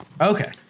Okay